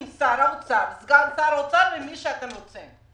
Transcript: עם שר האוצר, סגן שר האוצר ומי שאתם רוצים.